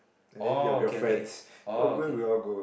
orh okay okay orh okay